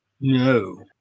no